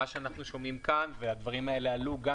מה שאנחנו שומעים כאן והדברים האלה עלו גם